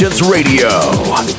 Radio